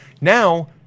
now